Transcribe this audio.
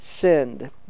sinned